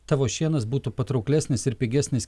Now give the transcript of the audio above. tavo šienas būtų patrauklesnis ir pigesnis